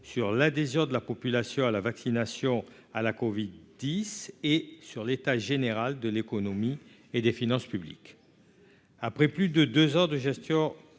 sur l'adhésion de la population à la vaccination à la Covid dix et sur l'état général de l'économie et des finances publiques, après plus de 2 ans de gestion